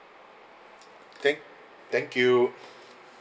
than~ thank you